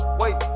wait